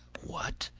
what!